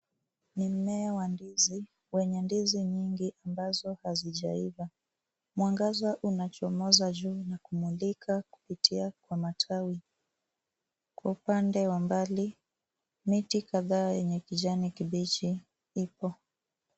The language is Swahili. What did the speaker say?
Ni mmea wa ndizi wenye ndizi nyingi ambazo hazijaiva. Mwangaza unachomoza juu na kumulika kupitia kwa matawi. Kwa upande wa mbali, miti kadhaa yenye kijani kibichi ipo.